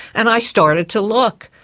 and i started to look,